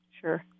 Sure